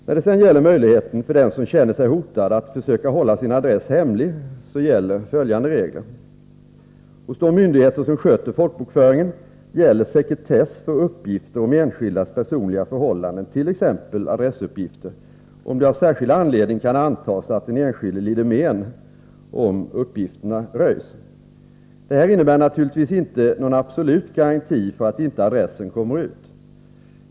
När det sedan gäller möjligheten för den som känner sig hotad att försöka hålla sin adress hemlig gäller följande regler. Hos de myndigheter som sköter folkbokföringen gäller sekretess för uppgifter om enskildas personliga förhållanden, t.ex. adressuppgifter, om det av särskild anledning kan antas att den enskilde lider men om uppgifterna röjs. Detta innebär naturligtvis inte någon absolut garanti för att inte adressen kommer ut.